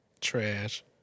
Trash